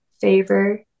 favor